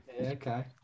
Okay